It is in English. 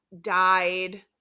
died